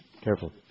Careful